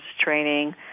training